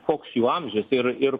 koks jų amžius ir ir